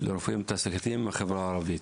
לרופאים תעסוקתיים הם מהחברה הערבית?